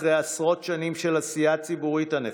אחרי עשרות שנים של עשייה ציבורית ענפה.